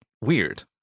weird